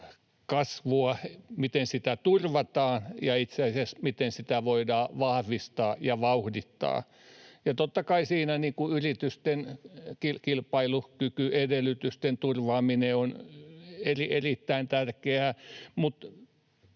kasvua turvataan ja, itse asiassa, miten sitä voidaan vahvistaa ja vauhdittaa. Totta kai siinä yritysten kilpailukykyedellytysten turvaaminen on erittäin tärkeää, mutta